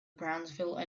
brownsville